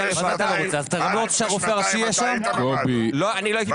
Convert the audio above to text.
עד לפני שנתיים אתה היית ב --- אני לא הייתי בוועדה.